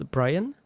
Brian